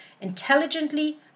intelligently